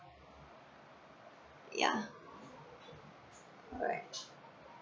yeah alright